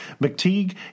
McTeague